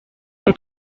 they